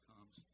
comes